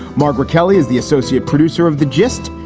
margaret kelly is the associate producer of the gist.